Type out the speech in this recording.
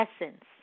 essence